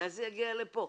מתי זה יגיע לפה?